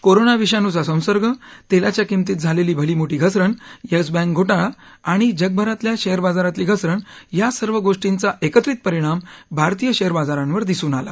corona विषाणूचा संसर्ग तसीच्या किमतीत झालली भली मोठी घसरण यस बैंक घोटाळा आणि जगभरातल्या शक्तो बाजारातली घसरण या सर्व गोष्टींचा एकत्रित परिणाम भारतीय शक्त्रे बाजारावर दिसून आला